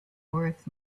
worth